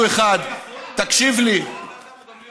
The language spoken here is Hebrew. מה פתאום?